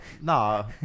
No